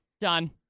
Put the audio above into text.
done